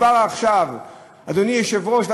להפוך אותה מושא